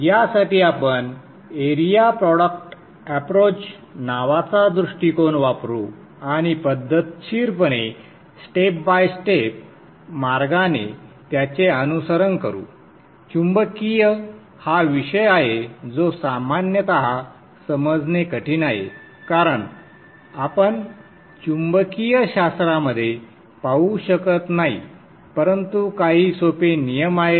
यासाठी आपण area product approach नावाचा दृष्टिकोन वापरू आणि पद्धतशीरपणे स्टेप बाय स्टेप मार्गाने त्याचे अनुसरण करू चुंबकीय हा विषय आहे जो सामान्यतः समजणे कठीण आहे कारण आपण चुंबकीय शास्रामध्ये पाहू शकत नाही परंतु काही सोपे नियम आहेत